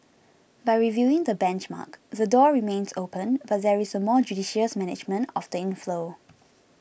by reviewing the benchmark the door remains open but there is a more judicious management of the inflow